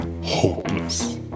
hopeless